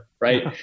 Right